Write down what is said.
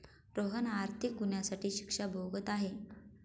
रोहन आर्थिक गुन्ह्यासाठी शिक्षा भोगत आहे